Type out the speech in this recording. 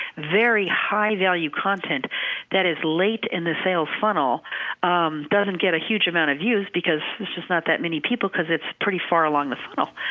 very high-value content that is late in the sales funnel doesn't get a huge amount of views because this is not that many people, because it's pretty far along the funnel.